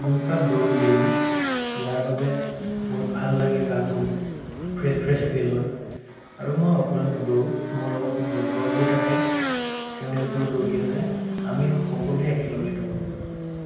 দুইপাক দৌৰোঁ দেইলি ইয়াৰ বাবে বহুত ভাল লাগে গাটো ফ্ৰেছ ফ্ৰেছ ফিল হয় আৰু মই অকলে নদৌৰোঁ মোৰ লগত মোৰ লগৰবোৰ থাকে তেওঁলোকেও দৌৰি আছে আমি সকলোৱে একেলগে দৌৰোঁ